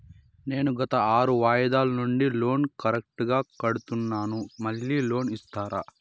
నేను గత ఆరు వాయిదాల నుండి లోను కరెక్టుగా కడ్తున్నాను, మళ్ళీ లోను ఇస్తారా?